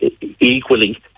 equally